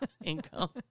income